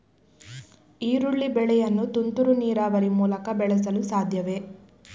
ಈರುಳ್ಳಿ ಬೆಳೆಯನ್ನು ತುಂತುರು ನೀರಾವರಿ ಮೂಲಕ ಬೆಳೆಸಲು ಸಾಧ್ಯವೇ?